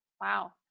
Wow